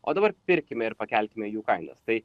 o dabar pirkime ir pakelkime jų kainas tai